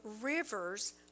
rivers